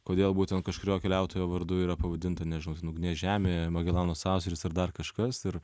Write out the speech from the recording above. kodėl būtent kažkurio keliautojo vardu yra pavadinta nežinau ugnies žemė magelano sąsiauris ar dar kažkas ir